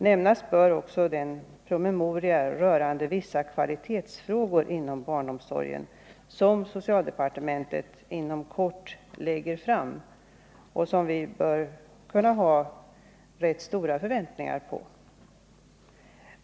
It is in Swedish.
Nämnas bör också den promemoria rörande vissa kvalitetsfrågor inom barnomsorgen som socialdepartementet inom kort lägger fram och som vi bör kunna ha rätt stora förväntningar på.